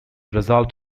result